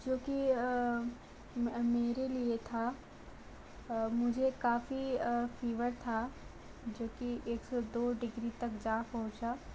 जो कि मेरे लिए था मुझे काफ़ी फ़ीवर था जो कि एक सौ दो डिग्री तक जा पहुँचा